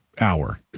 hour